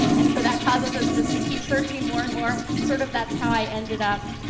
and so that causes us just to keep searching more and more. sort of, that's how i ended up